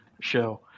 show